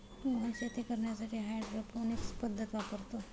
मोहन शेती करण्यासाठी हायड्रोपोनिक्स पद्धत वापरतो